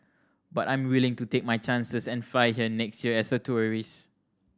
but I'm willing to take my chances and fly here next year as a tourist